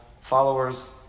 followers